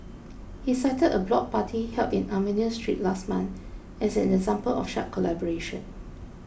he cited a block party held in Armenian Street last month as an example of such collaboration